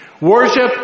Worship